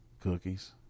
Cookies